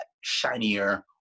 shinier